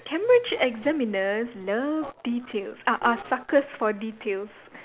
Cambridge examiners love details are are suckers for details